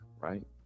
right